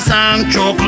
Sancho